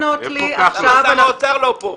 למה שר האוצר לא פה?